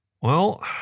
Well